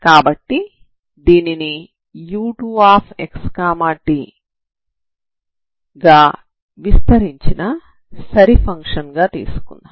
కాబట్టి దీనిని u2xt విస్తరించిన సరి ఫంక్షన్ గా తీసుకుందాం